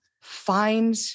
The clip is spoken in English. find